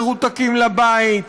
מרותקים לבית,